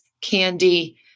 candy